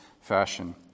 fashion